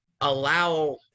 allow